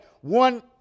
one